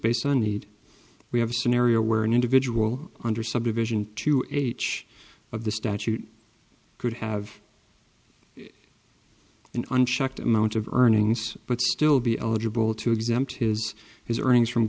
based on need we have a scenario where an individual under subdivision to h of the statute could have an unchecked amount of earnings but still be eligible to exempt his his earnings from